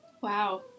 Wow